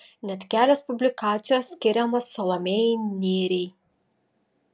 net kelios publikacijos skiriamos salomėjai nėriai